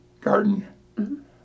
Garden